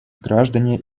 граждане